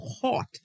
hot